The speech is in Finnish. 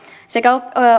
sekä